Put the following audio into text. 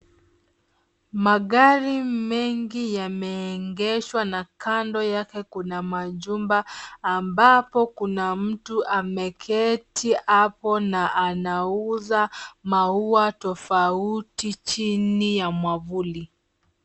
Magari mengi yameegeshwa na kando yake kuna majumba ambapo kuna mtu ameketi apo na anauza maua tofauti chini ya mwavuli.